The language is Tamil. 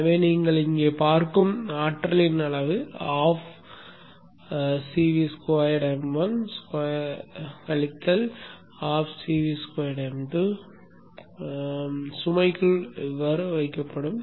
எனவே நீங்கள் இங்கே பார்க்கும் ஆற்றலின் அளவு ½ V ½ CV2m1 ஸ்கொயர் கழித்தல் ½ CV2m2 ஸ்கொயர் சுமைக்குள் வைக்கப்படும்